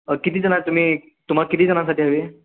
किती जणं आहे तुम्ही तुम्हाला किती जणांसाठी हवी